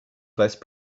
vice